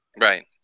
Right